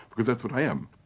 because that's what i am.